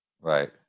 Right